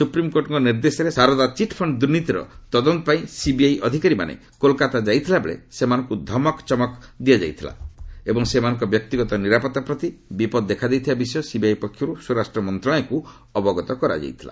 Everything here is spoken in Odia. ସୁପ୍ରିମ୍କୋର୍ଟଙ୍କ ନିର୍ଦ୍ଦେଶରେ ଶାରଦା ଚିଟ୍ଫଣ୍ଡ ଦୁର୍ନୀତିର ତଦନ୍ତପାଇଁ ସିବିଆଇ ଅଧିକାରୀମାନେ କୋଲ୍କାତା ଯାଇଥିବାବେଳେ ସେମାନଙ୍କୁ ଧମକ ଚମକ ଦିଆଯାଇଥିଲା ଏବଂ ସେମାନଙ୍କ ବ୍ୟକ୍ତିଗତ ନିରାପତ୍ତା ପ୍ରତି ବିପଦ ଦେଖାଦେଇଥିବା ବିଷୟ ସିବିଆଇ ପକ୍ଷରୁ ସ୍ୱରାଷ୍ଟ୍ର ମନ୍ତ୍ରଣାଳୟକୁ ଅବଗତ କରାଯାଇଥିଲା